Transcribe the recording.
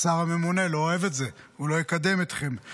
השר הממונה לא אוהב את זה, הוא לא יקדם אתכם.